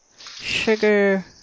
sugar